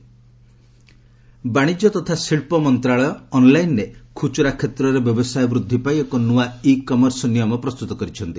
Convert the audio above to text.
ଇ commerce policy ବାଶିଜ୍ୟ ତଥା ଶିଳ୍ପ ମନ୍ତ୍ରଶାଳୟ ଅନ୍ଲାଇନ୍ରେ ଖୁଚୁରା କ୍ଷେତ୍ରରେ ବ୍ୟବସାୟ ବୃଦ୍ଧି ପାଇଁ ଏକ ନୂଆ ଇ କମର୍ସ ନିୟମ ପ୍ରସ୍ତୁତ କରିଛନ୍ତି